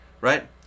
Right